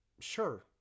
Sure